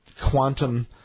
quantum